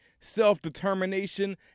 self-determination